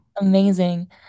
Amazing